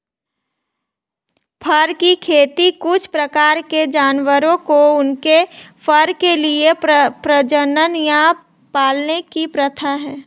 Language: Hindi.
फर की खेती कुछ प्रकार के जानवरों को उनके फर के लिए प्रजनन या पालने की प्रथा है